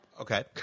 Okay